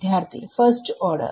വിദ്യാർത്ഥി first order